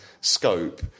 scope